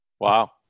Wow